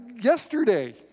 yesterday